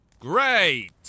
Great